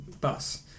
bus